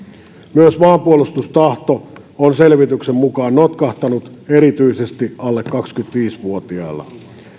myös maanpuolustustahto on selvityksen mukaan notkahtanut erityisesti alle kaksikymmentäviisi vuotiailla